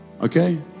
Okay